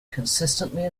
consistently